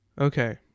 Okay